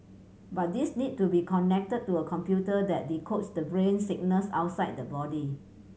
but these need to be connected to a computer that decodes the brain signals outside the body